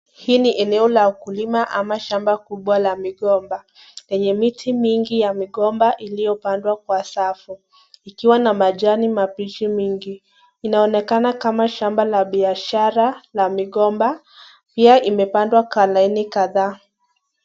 Hii ni eneo la kulima ama shamba kubwa la migomba yenye miti mingi ya migomba iliyopandwa kwa safu ikiwa na majani ya mabichi mingi. Inaonekana kama shamba la biashara la migomba yenye imepandwa kwa laini kadhaa.